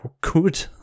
good